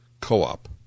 Co-op